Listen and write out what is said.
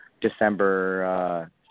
December